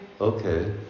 Okay